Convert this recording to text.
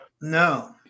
No